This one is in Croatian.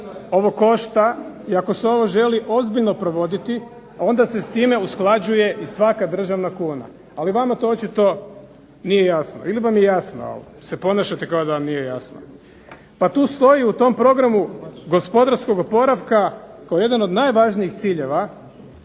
ovo košta i ako se ovo želi ozbiljno provoditi onda se s time usklađuje i svaka državna kuna, ali vama to očito nije jasno ili vam je jasno ali se ponašate kao da vam nije jasno. Pa tu stoji u tom programu gospodarskog oporavka kao jedan od najvažnijih ciljeva,